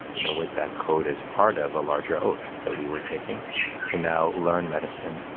you know, with that code as part of a larger oath that we were taking to now learn medicine,